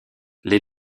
les